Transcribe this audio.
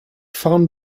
found